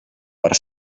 per